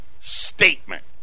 statement